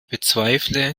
bezweifle